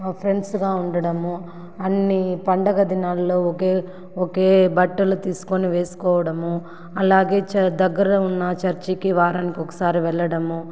మా ఫ్రెండ్స్గా ఉండడము అన్నీ పండగ దినాల్లో ఒకే ఒకే బట్టలు తీసుకొని వేసుకోవడము అలాగే చ దగ్గర ఉన్న చర్చికి వారానికి ఒకసారి వెళ్ళడం